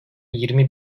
yirmi